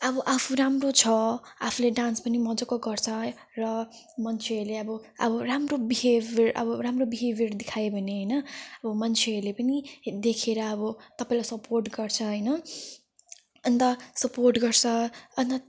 अब आफू राम्रो छ आफूले डान्स पनि मजाको गर्छ र मान्छेहरूले अब अब राम्रो बिहेभियर अब राम्रो बिहेभियर देखायो भने होइन अब मान्छेहरूले पनि देखेर अब तपाईँलाई सपोर्ट गर्छ होइन अन्त सपोर्ट गर्छ अन्त